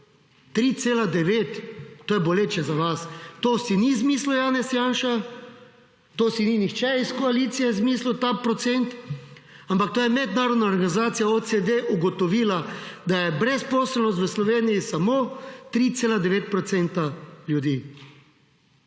3,9, to je boleče za vas, to si in izmislil Janez Janša, to si ni nihče iz koalicije izmislil, ta procent, ampak to je mednarodna organizacija OECD ugotovila, da je brezposelnost v Sloveniji samo 3,9 % ljudi.